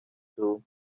two